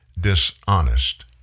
dishonest